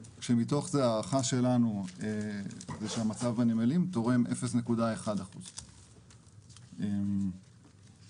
ומתוך זה ההערכה שלנו היא שהמצב בנמלים תורם 0.1%. היה